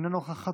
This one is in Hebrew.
אינה נוכחת,